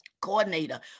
coordinator